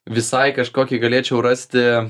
visai kažkokį galėčiau rasti